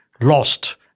lost